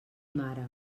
mare